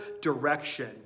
direction